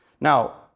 Now